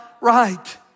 right